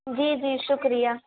جی جی شکریہ